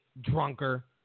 drunker